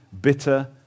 bitter